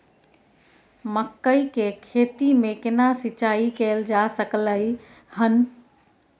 मकई की खेती में केना सिंचाई कैल जा सकलय हन?